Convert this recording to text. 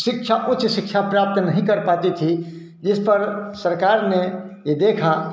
शिक्षा उच्च शिक्षा प्राप्त नहीं कर पाती थीं जिस पर सरकार ने यह देखा